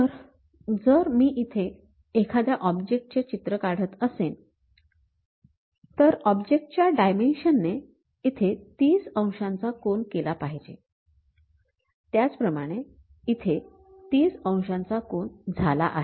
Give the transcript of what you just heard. तर जर मी इथे एखाद्या ऑब्जेक्ट चे चित्र काढत असेन तर ऑब्जेक्ट च्या डायमेन्शन ने इथे ३० अंशाचा कोन केला पाहिजे त्याप्रमाणे इथे ३० अंशाचा कोन झाला आहे